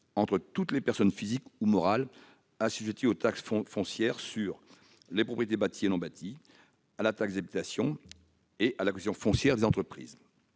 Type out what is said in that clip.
entre toutes les personnes physiques ou morales assujetties aux taxes foncières sur les propriétés bâties et non bâties, à la taxe d'habitation et à la cotisation foncière des entreprises,